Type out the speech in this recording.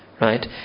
Right